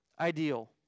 ideal